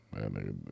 Man